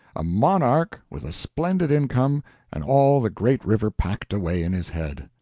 a monarch with a splendid income and all the great river packed away in his head.